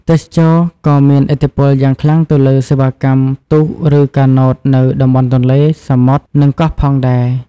ទេសចរណ៍ក៏មានឥទ្ធិពលយ៉ាងខ្លាំងទៅលើ សេវាកម្មទូកឬកាណូតនៅតំបន់ទន្លេ សមុទ្រ និងកោះ ផងដែរ។